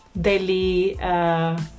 daily